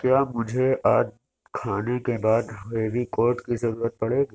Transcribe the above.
کیا مجھے آج کھانے کے بعد ہیوی کوٹ کی ضرورت پڑے گی